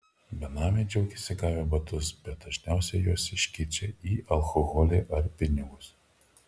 benamiai džiaugiasi gavę batus bet dažniausiai juos iškeičia į alkoholį ar pinigus